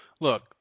look